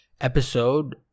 episode